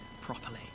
properly